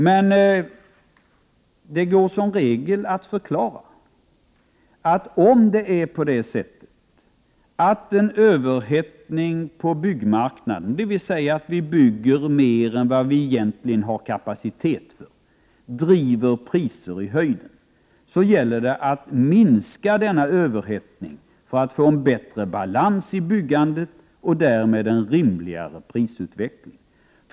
Men de går som regel att förklara. Om en överhettning på byggmarknaden, dvs. om det byggs mer än det finns kapacitet till, driver priserna i höjden gäller det att minska denna överhettning för att det skall bli en bättre balans i byggandet och därmed en rimlig prisutveckling.